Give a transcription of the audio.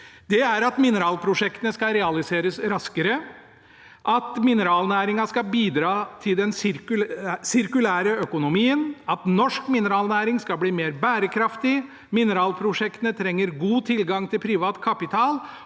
Det er at mineralprosjektene skal realiseres raskere, at mineralnæringen skal bidra til den sirkulære økonomien, at norsk mineralnæring skal bli mer bærekraftig, at mineralprosjekter trenger god tilgang til privat kapital,